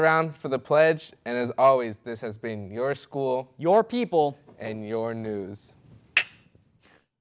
around for the pledge and as always this has been your school your people and your news